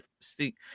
see